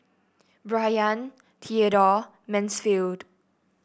Brayan Theadore Mansfield